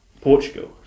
Portugal